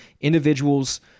individuals